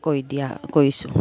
কৰি দিয়া কৰিছোঁ